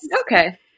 Okay